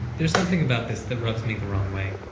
there's something about this that rubs me the wrong way.